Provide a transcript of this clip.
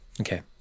Okay